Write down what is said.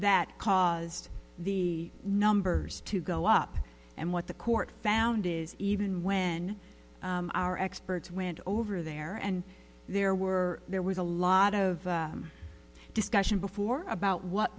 that caused the numbers to go up and what the court found is even when our experts went over there and there were there was a lot of discussion before about what